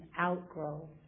outgrow